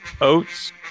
oats